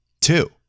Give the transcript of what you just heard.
Two